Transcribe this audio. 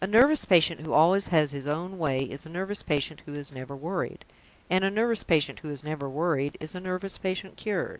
a nervous patient who always has his own way is a nervous patient who is never worried and a nervous patient who is never worried is a nervous patient cured.